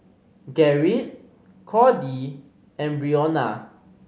Gerrit Cordie and Brionna